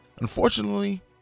unfortunately